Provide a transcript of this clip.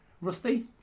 Rusty